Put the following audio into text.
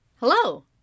Hello